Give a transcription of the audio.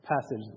passage